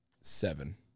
seven